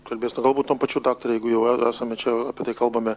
kalbės na galbūt tuom pačiu daktare jeigu jau esame čia apie tai kalbame